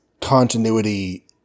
continuity